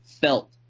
felt